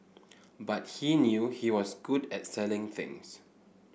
but he knew he was good at selling things